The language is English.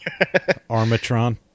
Armatron